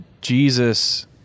Jesus